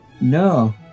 No